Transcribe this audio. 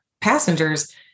passengers